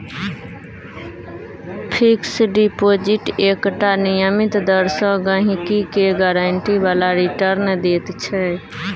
fix deposit एकटा नियमित दर सँ गहिंकी केँ गारंटी बला रिटर्न दैत छै